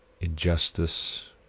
injustice